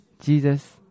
Jesus